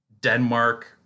Denmark